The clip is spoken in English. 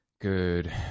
good